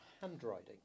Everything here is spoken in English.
handwriting